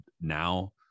now